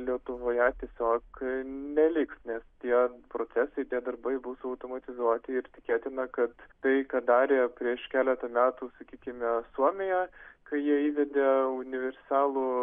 lietuvoje tiesiog neliks nes tie procesai tie darbai bus automatizuoti ir tikėtina kad tai ką darė prieš keletą metų sakykime suomija kai jie įvedė universalų